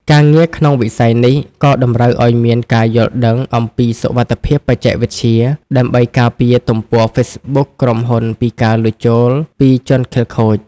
ការងារក្នុងវិស័យនេះក៏តម្រូវឱ្យមានការយល់ដឹងអំពីសុវត្ថិភាពបច្ចេកវិទ្យា ដើម្បីការពារទំព័រហ្វេសប៊ុកក្រុមហ៊ុនពីការលួចចូលពីជនខិលខូច។